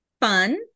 fun